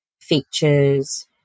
features